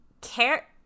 care